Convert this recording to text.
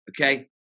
Okay